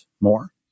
more